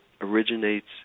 originates